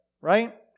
right